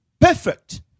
perfect